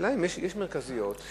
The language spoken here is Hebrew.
השאלה אם יש מרכזיות,